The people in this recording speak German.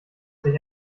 sich